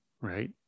right